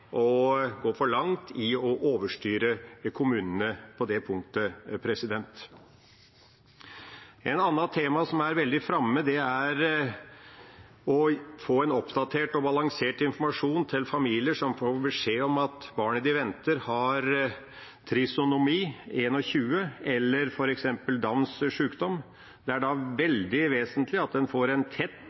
for langt i å overstyre kommunene på det punktet. Et annet tema som er veldig framme, er å få en oppdatert og balansert informasjon til familier som får beskjed om at barnet de venter, har trisomi 21 eller f.eks. Downs syndrom. Det er da veldig vesentlig at en får tett